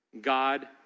God